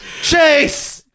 Chase